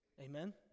Amen